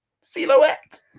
Silhouette